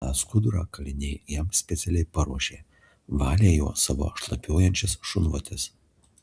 tą skudurą kaliniai jam specialiai paruošė valė juo savo šlapiuojančias šunvotes